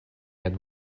had